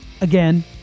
again